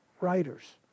writers